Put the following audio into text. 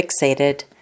fixated